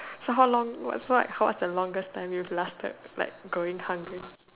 so how long what's what's the longest time you lasted like going hungry